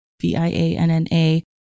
V-I-A-N-N-A